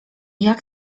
jak